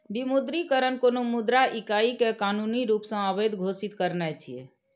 विमुद्रीकरण कोनो मुद्रा इकाइ कें कानूनी रूप सं अवैध घोषित करनाय छियै